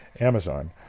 Amazon